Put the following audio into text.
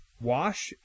Wash